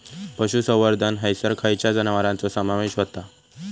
पशुसंवर्धन हैसर खैयच्या जनावरांचो समावेश व्हता?